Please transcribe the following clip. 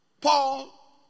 Paul